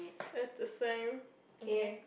that's the same okay